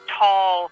tall